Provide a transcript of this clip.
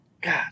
God